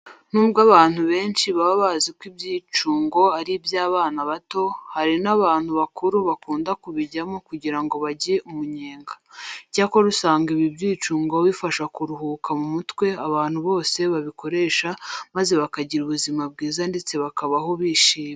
N'ubwo abantu benshi baba bazi ko ibyicungo ari iby'abana bato, hari n'abantu bakuru bakunda kubijyamo kugira ngo barye umunyenga. Icyakora usanga ibi byicungo bifasha kuruhuka mu mutwe abantu bose babikoresha maze bakagira ubuzima bwiza ndetse bakabaho bishimye.